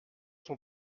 sont